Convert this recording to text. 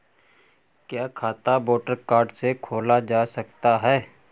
क्या खाता voter card से खोला जा सकता है?